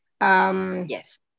Yes